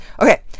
Okay